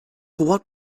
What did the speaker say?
what